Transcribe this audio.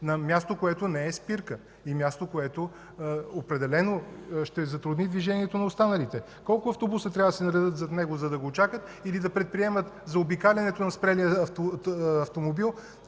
на място, което не е спирка, и място, което определено ще затрудни движението на останалите. Колко автобуса трябва да се наредят зад него, за да го чакат, или да предприемат заобикалянето на спрелия автомобил,